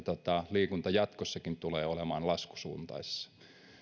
liikunta jatkossakin tulee olemaan laskusuunnassa